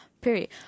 Period